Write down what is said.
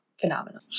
phenomenal